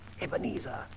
Ebenezer